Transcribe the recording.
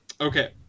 Okay